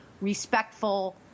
respectful